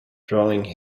drawing